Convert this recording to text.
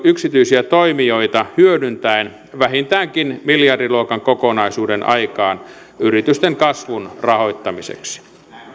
yksityisiä toimijoita hyödyntäen vähintäänkin miljardiluokan kokonaisuuden aikaan yritysten kasvun rahoittamiseksi